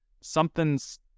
something's